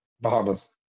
Bahamas